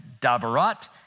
Dabarat